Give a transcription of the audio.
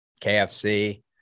KFC